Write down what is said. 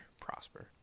prosper